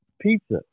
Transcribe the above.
pizza